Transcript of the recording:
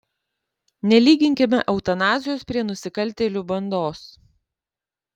nelyginkime eutanazijos prie nusikaltėlių bandos